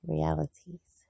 Realities